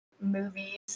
movies